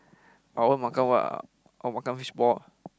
I want makan what I want makan fishball